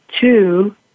two